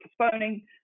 postponing